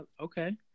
okay